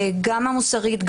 גם המוסרית,